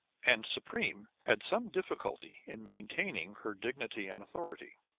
and supreme had some difficulty in maintaining her dignity and authority.